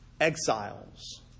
exiles